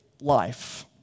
life